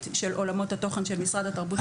של עולמות התוכן של משרד התרבות והספורט,